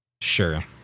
Sure